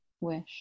wish